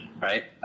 right